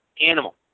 animal